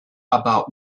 about